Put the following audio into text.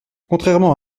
contrairement